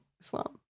Islam